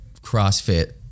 CrossFit